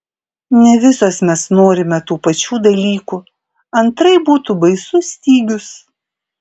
ne visos mes norime tų pačių dalykų antraip būtų baisus stygius